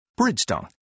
Bridgestone